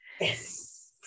Yes